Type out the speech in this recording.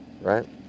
right